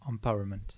empowerment